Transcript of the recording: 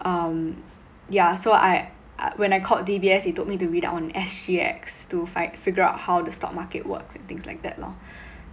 um yeah so I I when I called D_B_S they told me to read up on S_G_X to fi~ figure out how the stock market works and things like that lor